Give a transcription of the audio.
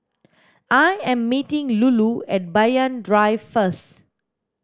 I am meeting Lulu at Banyan Drive first